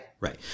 right